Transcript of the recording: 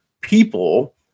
people